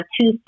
two